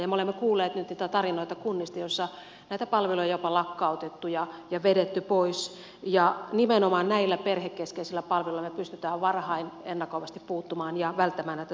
me olemme kuulleet niitä tarinoita kunnista joissa näitä palveluja on jopa lakkautettu ja vedetty pois ja nimenomaan näillä perhekeskeisillä palveluilla me pystymme varhain ennakoivasti puuttumaan ja välttämään näitä suurempia kustannuksia